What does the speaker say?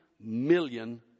million